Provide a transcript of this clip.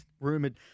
rumoured